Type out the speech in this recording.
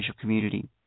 community